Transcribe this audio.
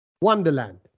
Wonderland